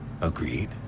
Agreed